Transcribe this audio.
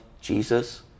Jesus